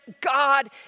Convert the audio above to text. God